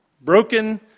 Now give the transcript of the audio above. broken